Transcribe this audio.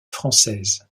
française